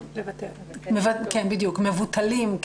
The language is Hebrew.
כמבוטלים,